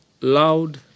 loud